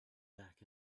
back